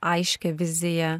aiškią viziją